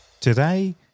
Today